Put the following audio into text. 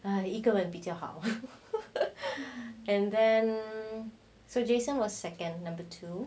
err 一个人比较好 and then so jason was second number two